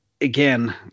again